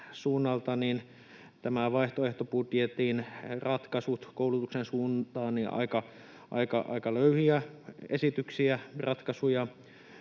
vaihtoehtobudjetin ratkaisut koulutuksen suuntaan ovat aika löyhiä esityksiä ja ratkaisuja.